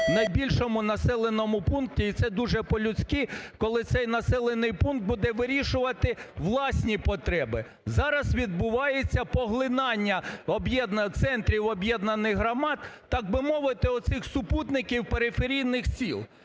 найбільшому населеному пункті. І це дуже по-людськи, коли цей населений пункт буде вирішувати власні потреби. Зараз відбувається поглинання, об'єднання центрів об'єднаних громад, так би мовити, оцих супутників периферійних сіл.